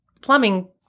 plumbing